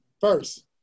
first